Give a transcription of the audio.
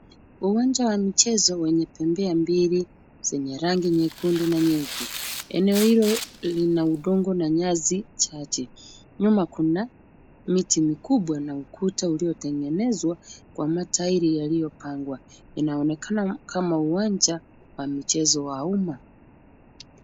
Uwanja wa michezo wenye bembea mbili zenye rangi nyekundu na nyeupe. Eneo hilo lina udongo na nyasi chache. Nyuma kuna miti mikubwa na ukuta uliotengenezwa kwa matairi yaliyopangwa. Inaonekana kama uwanja wa michezo wa umma.